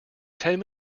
ten